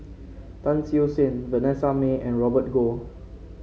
Tan Siew Sin Vanessa Mae and Robert Goh